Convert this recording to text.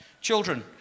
Children